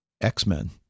X-Men